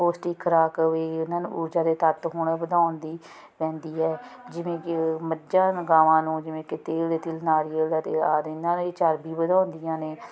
ਪੋਸ਼ਟਿਕ ਖੁਰਾਕ ਵੀ ਉਹਨਾਂ ਨੂੰ ਉਰਜ਼ਾ ਦੇ ਤੱਤ ਹੋਣ ਵਧਾਉਣ ਦੀ ਪੈਂਦੀ ਹੈ ਜਿਵੇਂ ਕਿ ਉਹ ਮੱਝਾ ਗਾਵਾਂ ਨੂੰ ਜਿਵੇਂ ਕਿਤੇ ਕਿਤੇ ਨਾਰੀਅਲ ਦਾ ਤੇਲ ਆਦਿ ਉਹਨਾਂ ਵਿੱਚ ਚਰਬੀਆਂ ਵਧਾਉਂਦੀਆਂ ਨੇ